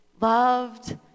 loved